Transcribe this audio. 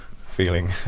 feeling